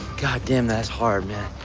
god damn that's hard man.